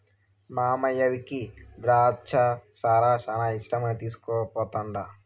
మాయవ్వకి ద్రాచ్చ సారా శానా ఇష్టమని తీస్కుపోతండా